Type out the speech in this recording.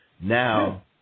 Now